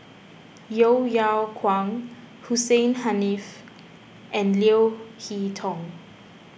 Yeo Yeow Kwang Hussein Haniff and Leo Hee Tong